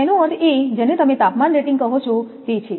તેનો અર્થ એ જેને તમે તાપમાન રેટિંગ કહો છો તે છે